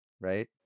right